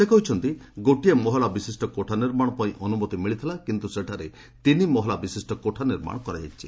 ସେ କହିଛନ୍ତି ଗୋଟିଏ ମହଲା ବିଶିଷ୍ଟ କୋଠା ନିର୍ମାଣପାଇଁ ଅନୁମତି ମିଳିଥିଲା କିନ୍ତୁ ସେଠାରେ ତିନି ମହଲା ବିଶିଷ୍ଟ କୋଠା ନିର୍ମାଣ କରାଯାଇଛି